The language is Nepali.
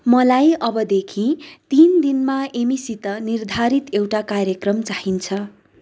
मलाई अबदेखि तिन दिनमा एमीसित निर्धारित एउटा कार्यक्रम चाहिन्छ